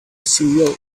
ceo